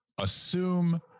assume